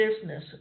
business